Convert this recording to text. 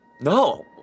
No